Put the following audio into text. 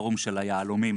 בפורום של היהלומים: